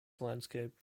landscape